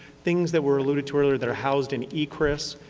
things that were alluded to earlier that were housed in echris,